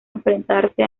enfrentarse